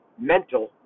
mental